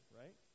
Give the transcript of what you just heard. right